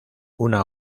una